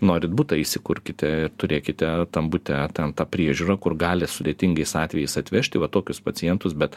norit butą įsikurkite ir turėkite tam bute ten tą priežiūrą kur gali sudėtingais atvejais atvežti va tokius pacientus bet